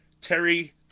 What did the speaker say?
Terry